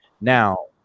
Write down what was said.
Now